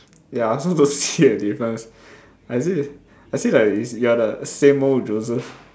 ya I also don't see a difference I say I say like you are the same old Joseph